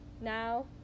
now